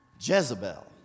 Jezebel